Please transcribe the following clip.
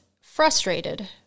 frustrated